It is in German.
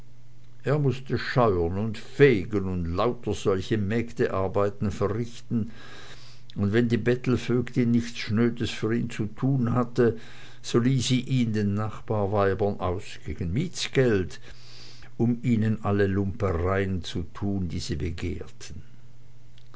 er mußte scheuern und fegen und lauter solche mägdearbeit verrichten und wenn die bettelvögtin nichts schnödes für ihn zu tun hatte so lieh sie ihn den nachbarsweibern aus gegen mietsgeld um ihnen alle lumpereien zu tun die sie begehrten